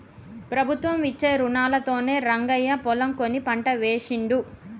ప్రభుత్వం ఇచ్చే రుణాలతోనే రంగయ్య పొలం కొని పంట వేశిండు